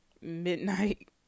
midnight